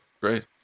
Great